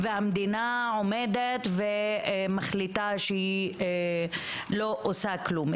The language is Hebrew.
והמדינה עומדת ומחליטה שהיא לא עושה כלום.